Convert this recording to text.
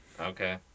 Okay